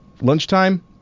Lunchtime